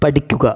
പഠിക്കുക